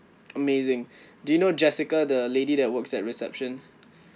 amazing do you know jessica the lady that works at reception